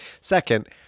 Second